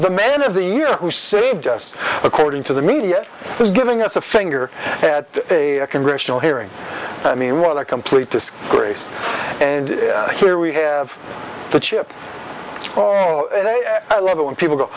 the man of the year who saved us according to the media was giving us a finger at a congressional hearing i mean what a complete disgrace and here we have the chip or oh i love it when people go